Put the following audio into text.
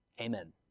Amen